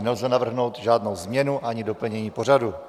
Nelze navrhnout žádnou změnu ani doplnění pořadu.